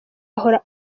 ahora